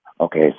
Okay